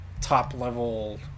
top-level